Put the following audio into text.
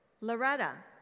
Loretta